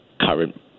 current